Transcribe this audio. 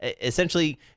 essentially